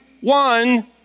one